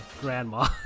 grandma